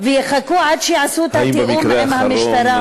ויחכו עד שיעשו את התיאום עם המשטרה,